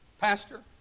Pastor